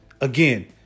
Again